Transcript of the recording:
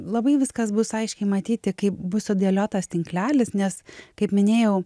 labai viskas bus aiškiai matyti kai bus sudėliotas tinklelis nes kaip minėjau